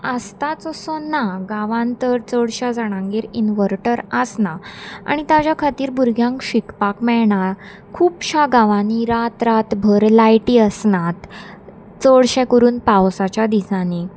आसताच असो ना गांवान तर चडश्या जाणांगेर इनवर्टर आसना आनी ताज्या खातीर भुरग्यांक शिकपाक मेळना खुबश्या गांवांनी रात रात भर लायटी आसनात चडशे करून पावसाच्या दिसांनी